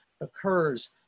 occurs